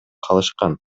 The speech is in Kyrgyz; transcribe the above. калышкан